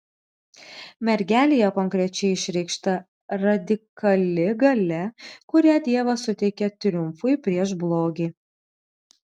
mergelėje konkrečiai išreikšta radikali galia kurią dievas suteikė triumfui prieš blogį